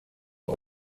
aus